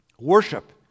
Worship